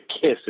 Kiss